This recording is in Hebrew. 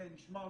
כן, נשמע אותם,